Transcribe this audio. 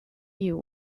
you